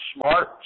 smart